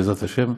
בעזרת השם.